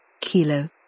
Kilo